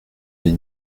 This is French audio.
les